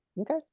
Okay